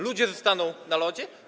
Ludzie zostaną na lodzie?